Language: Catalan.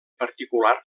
particular